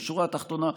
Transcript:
בשורה התחתונה,